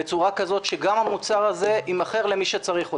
בצורה כזאת שגם המוצר הזה יימכר למי שצריך אותו.